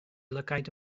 lygaid